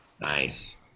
Nice